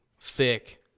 thick